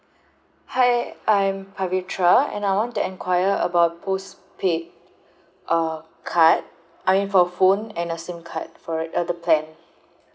hi I'm pavithra and I want to enquire about post paid uh card I mean for phone and a SIM card for it uh the plan